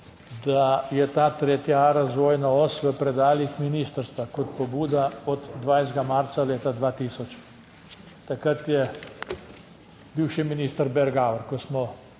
da je ta tretja razvojna os v predalih ministrstva kot pobuda od 20. marca leta 2000. Takrat je bivši minister Bergauer, ko sem